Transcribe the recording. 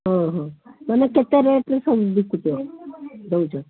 ହଁ ହଁ ମାନେ କେତେ ରେଟ୍ରେ ସବୁ ବିକୁଛ ଦଉଛ